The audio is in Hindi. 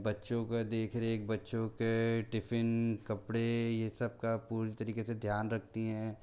बच्चों की देख रेख बच्चों के टिफ़िन कपड़े ये सब का पूरी तरीक़े से ध्यान रखती हैं